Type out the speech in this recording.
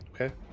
Okay